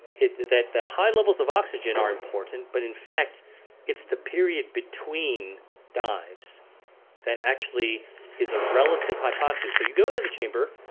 that the high levels of oxygen are important but in fact it's the period between dives that actually is a relative hypoxia. so you go into the chamber.